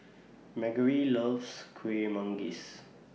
Margery loves Kuih Manggis